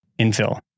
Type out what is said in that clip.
infill